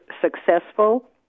successful